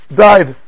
died